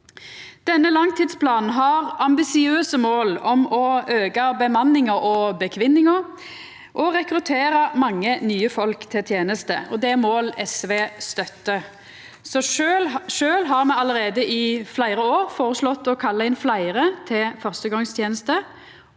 Denne langtidsplanen har ambisiøse mål om å auka bemanninga – og bekvinninga – og rekruttera mange nye folk til tenester, og det er mål SV støttar. Sjølve har me allereie i fleire år føreslått å kalla inn fleire til førstegongsteneste,